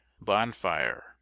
Bonfire